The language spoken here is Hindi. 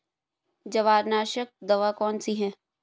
जवारनाशक दवा कौन सी है?